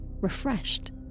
refreshed